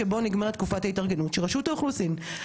ואנחנו הגשנו כמה עררים בעניין הזה שיש כמה